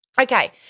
Okay